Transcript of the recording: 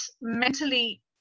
mentally